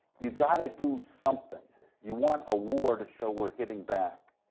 you got to do something you want a war to show we're hitting back.